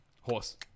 Horse